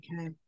Okay